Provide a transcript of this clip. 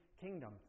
kingdom